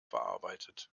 verarbeitet